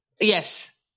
Yes